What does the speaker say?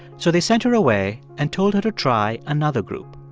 so they sent her away and told her to try another group.